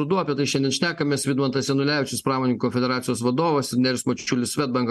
ruduo apie tai šiandien šnekamės vidmantas janulevičius pramoninkų federacijos vadovas nerijus mačiulis swedbank